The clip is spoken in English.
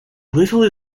little